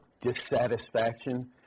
dissatisfaction